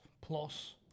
plus